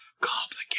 complicated